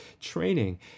training